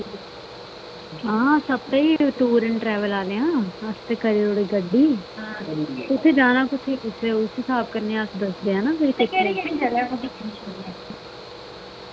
आं tour and travel आह्ले आं असें ते करी ओड़ी गड्डी ते फिर जाना कुत्थें तुसें ते फ्ही अस अपने स्हाब कन्नै रक्खनी ना गड्डी